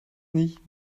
nicht